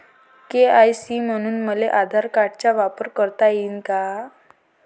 KYC म्हनून मले आधार कार्डाचा वापर करता येईन का?